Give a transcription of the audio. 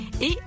et